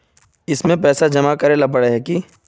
इसमें पैसा जमा करेला पर है की?